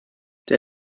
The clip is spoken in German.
der